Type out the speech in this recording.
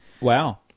Wow